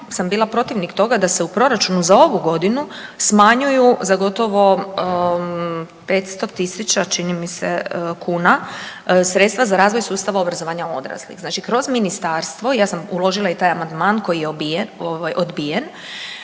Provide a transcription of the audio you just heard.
sam bila protivnik toga da se u proračunu za ovu godinu smanjuju za gotovo 500 tisuća čini mi se kuna, sredstva za razvoj sustava obrazovanja odraslih. Znači kroz ministarstvo, ja sam uložila i taj amandman koji je odbijen,